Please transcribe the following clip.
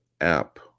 app